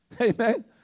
Amen